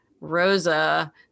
Rosa